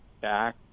back